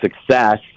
success